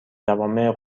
جوامع